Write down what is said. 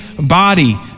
body